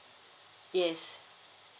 yes